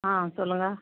ஆ சொல்லுங்கள்